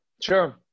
sure